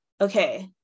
Okay